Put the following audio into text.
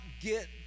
get